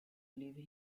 leave